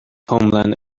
homeland